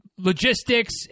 logistics